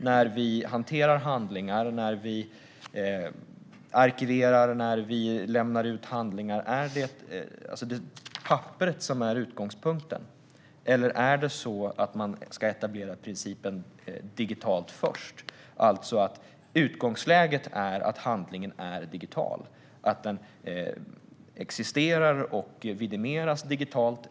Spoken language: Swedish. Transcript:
När vi hanterar handlingar, när vi arkiverar och när vi lämnar ut handlingar, är det då papperet som är utgångspunkten? Eller ska man etablera principen digitalt först, alltså att utgångsläget är att handlingen är digital - att den existerar och vidimeras digitalt?